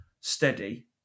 steady